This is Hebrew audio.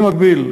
במקביל,